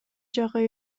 жагы